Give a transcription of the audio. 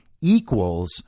equals